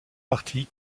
parties